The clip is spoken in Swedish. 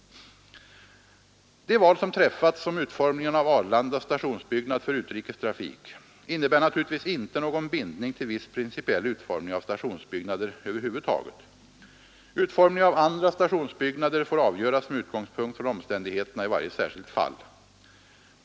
Det val som träffats om utformningen av Arlandas stationsbyggnad för utrikes trafik innebär naturligtvis inte någon bindning till viss principiell utformning av stationsbyggnader över huvud taget. Utformningen av andra stationsbyggnader får avgöras med utgångspunkt från omständighe terna i varje särskilt fall.